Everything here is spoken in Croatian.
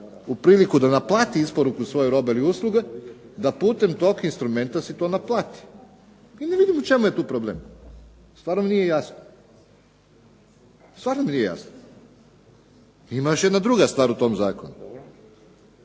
u priliku da naplati isporuku svoje robe i usluga, da putem tog instrumenta si to naplati i ne vidim u čemu je tu problem, stvarno mi nije jasno. Stvarno mi nije jasno. Ima još jedna druga stvar u tom zakonu